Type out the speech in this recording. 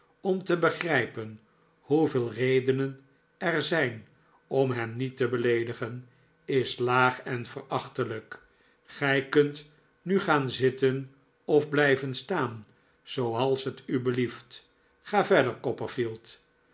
om te begrijpen hoeveel redenen er zijn om hem niet te beleedigen is laag en verachtelijk gij kunt nu gaan zitten of blijven staan zooals het u belieft ga verder